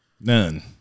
None